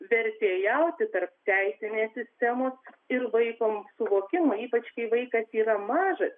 vertėjauti tarp teisinės sistemos ir vaiko suvokimo ypač kai vaikas yra mažas